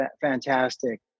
fantastic